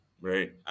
right